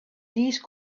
these